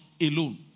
alone